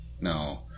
No